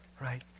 Right